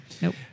Nope